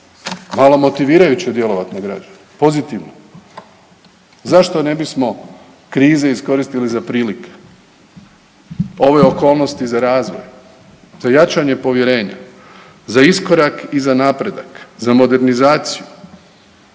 Malo motivirajuće djelovati na građane, pozitivno. Zašto ne bismo krizu iskoristili za prilike, ove okolnosti za razvoj, za jačanje povjerenja, za iskorak i za napredak, za modernizaciju,